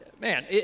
Man